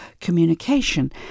communication